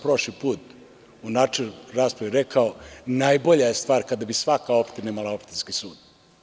Prošli put sam u načelnoj raspravi rekao - najbolja je stvar kada bi svaka opština imala opštinski sud.